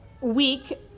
week